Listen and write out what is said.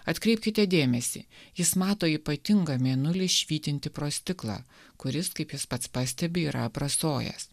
atkreipkite dėmesį jis mato ypatingą mėnulį švytintį pro stiklą kuris kaip jis pats pastebi yra aprasojęs